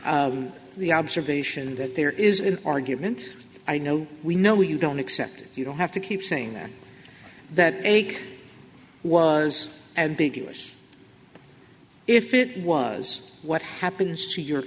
the observation that there is an argument i know we know you don't accept you don't have to keep saying that that ache was ambiguous if it was what happens to your